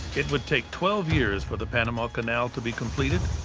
it would take twelve years for the panama canal to be completed.